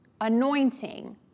anointing